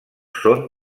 són